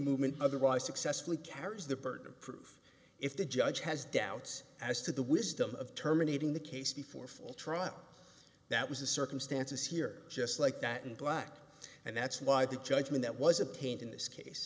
movement otherwise successfully carries the burden of proof if the judge has doubts as to the wisdom of terminating the case before full trial that was the circumstances here just like that in black and that's why the judgment that was obtained in this case